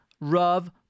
Rav